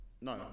No